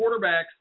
quarterbacks